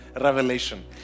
revelation